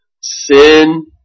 sin